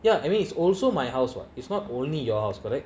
ya I mean it's also my house [what] it's not only your house correct